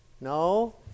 No